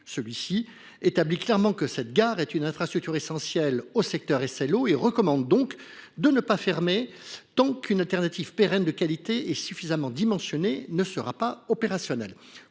Celui ci établit clairement que cette gare est une infrastructure essentielle au secteur SLO et recommande donc de ne pas la fermer tant qu’une alternative pérenne, de qualité et suffisamment dimensionnée ne sera pas opérationnelle.